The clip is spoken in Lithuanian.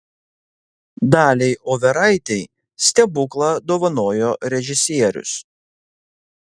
daliai overaitei stebuklą dovanojo režisierius